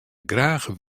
graach